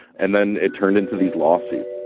and then it turned into these lawsuits